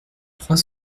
trois